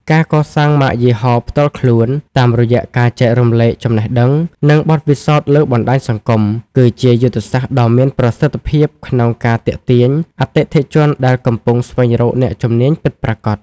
ការកសាងម៉ាកយីហោផ្ទាល់ខ្លួន តាមរយៈការចែករំលែកចំណេះដឹង និងបទពិសោធន៍លើបណ្ដាញសង្គម គឺជាយុទ្ធសាស្ត្រដ៏មានប្រសិទ្ធភាពក្នុងការទាក់ទាញអតិថិជនដែលកំពុងស្វែងរកអ្នកជំនាញពិតប្រាកដ។